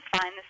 fine